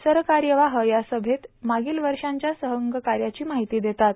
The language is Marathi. सरकार्यवाह या सभेत मागील वर्षाच्या संघकार्याची माहिती देतात